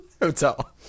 Hotel